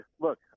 look